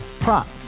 Prop